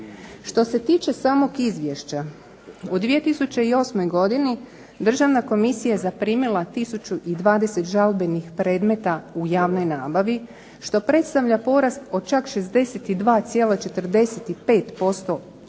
Što se tiče samog izvješća, u 2008. godini državna komisija je zaprimila tisuću i 20 žalbenih predmeta u javnoj nabavi, što predstavlja porast od čak 62,45% u